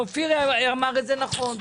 אופיר אמר את זה נכון,